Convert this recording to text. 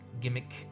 gimmick